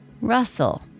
Russell